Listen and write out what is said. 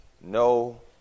no